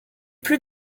plus